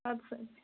اَدسَہ اَدسَہ